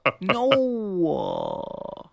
No